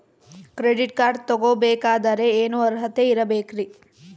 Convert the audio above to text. Credit card ತೊಗೋ ಬೇಕಾದರೆ ಏನು ಅರ್ಹತೆ ಇರಬೇಕ್ರಿ?